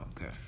okay